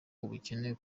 ubukene